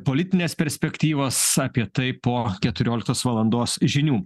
politinės perspektyvos apie tai po keturioliktos valandos žinių